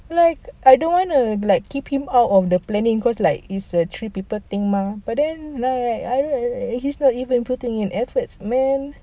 like I don't wanna keep him out of the planning cause like is a three people thing mah but then like I don't eh he's not even putting in efforts man